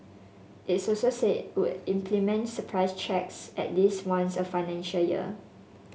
its also said would implement surprise checks at least once a financial year